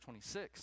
26